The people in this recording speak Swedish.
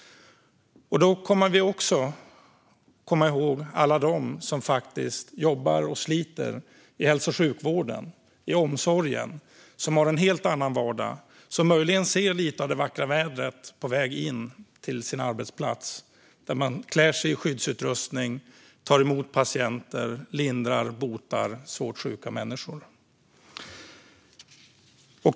Då måste vi också komma ihåg alla de som faktiskt jobbar och sliter i hälso och sjukvården och i omsorgen och som har en helt annan vardag. De ser möjligen lite grann av det vackra vädret på väg till sin arbetsplats, där de klär sig i skyddsutrustning, tar emot patienter, lindrar och botar svårt sjuka människor.